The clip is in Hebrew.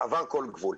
עבר כל גבול.